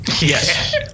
yes